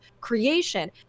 creation